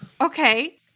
Okay